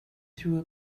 through